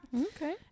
Okay